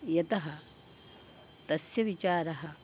यतः तस्य विचारः